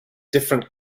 different